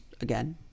Again